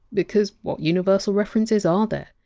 because what universal references are there?